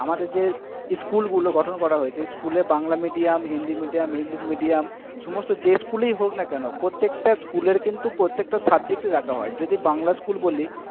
আমাদের যে স্কুলগুলো গঠন করা হয়েছে স্কুলে Bangla medium Hindi medium English medium সমস্ত যে স্কুলেই হোক না কেনো প্রত্যেকটা স্কুলের কিন্তু প্রত্যেকটা সাবজেক্টই রাখা হয় যদি বাংলা স্কুল বলি